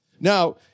Now